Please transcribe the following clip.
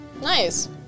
Nice